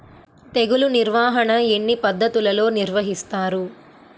తెగులు నిర్వాహణ ఎన్ని పద్ధతులలో నిర్వహిస్తారు?